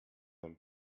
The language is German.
dem